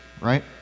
right